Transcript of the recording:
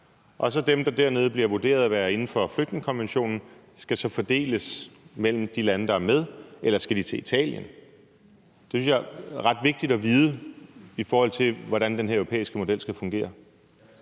og dem, der dernede bliver vurderet til at være inden for flygtningekonventionen, så skal fordeles mellem de lande, der er med, eller skal de til Italien? Det synes jeg er ret vigtigt at vide, i forhold til hvordan den her europæiske model skal fungere.